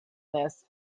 this